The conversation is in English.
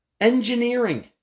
Engineering